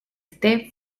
este